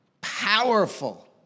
powerful